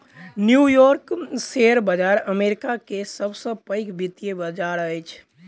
new York share बाजार अमेरिका के सब से पैघ वित्तीय बाजार अछि